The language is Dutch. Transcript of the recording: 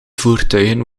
voertuigen